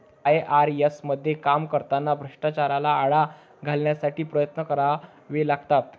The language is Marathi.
आय.आर.एस मध्ये काम करताना भ्रष्टाचाराला आळा घालण्यासाठी प्रयत्न करावे लागतात